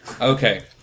Okay